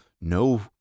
no